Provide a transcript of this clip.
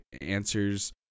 answers